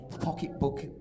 pocketbook